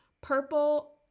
Purple